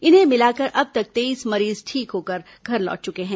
इन्हें मिलाकर अब तक तेईस मरीज ठीक होकर घर लौट चुके हैं